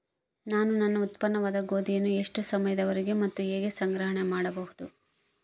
ನಾನು ನನ್ನ ಉತ್ಪನ್ನವಾದ ಗೋಧಿಯನ್ನು ಎಷ್ಟು ಸಮಯದವರೆಗೆ ಮತ್ತು ಹೇಗೆ ಸಂಗ್ರಹಣೆ ಮಾಡಬಹುದು?